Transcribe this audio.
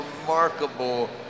remarkable